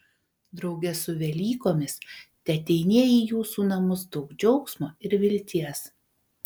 drauge su velykomis teateinie į jūsų namus daug džiaugsmo ir vilties